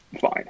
fine